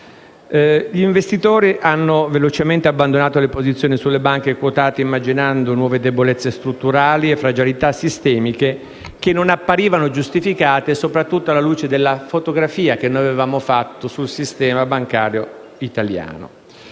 Gli investitori hanno velocemente abbandonato le posizioni sulle banche quotate immaginando nuove debolezze strutturali e fragilità sistemiche, che non apparivano giustificate, soprattutto alla luce della fotografia che avevamo fatto sul sistema bancario italiano.